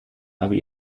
aber